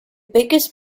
biggest